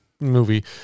movie